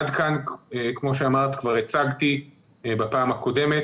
עד כאן, כמו שאמרת, כבר הצגתי בפעם הקודמת,